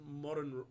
modern